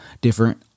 different